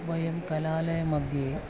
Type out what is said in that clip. वयं कलालयमध्ये